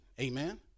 Amen